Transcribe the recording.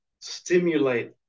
stimulate